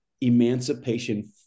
emancipation